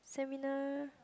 seminar